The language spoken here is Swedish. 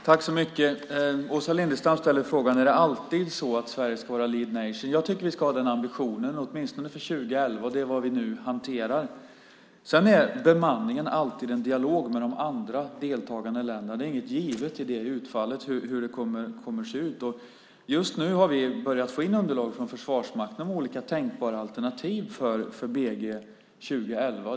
Herr talman! Åsa Lindestam ställer frågan: Är det alltid så att Sverige ska vara leading nation ? Jag tycker att vi ska ha den ambitionen åtminstone för år 2011. Det är vad vi nu hanterar. Sedan är bemanningen alltid en dialog med de andra deltagande länderna. Det är inget givet i utfallet och hur det kommer att se ut. Just nu har vi börjat få in underlag från Försvarsmakten om olika tänkbara alternativ för BG:n för år 2011.